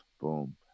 boom